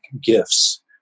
gifts